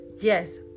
Yes